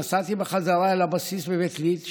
נסעתי בחזרה אל הבסיס בבית ליד,